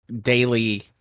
daily